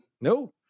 no